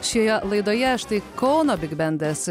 šioje laidoje štai kauno bigbendas